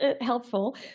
helpful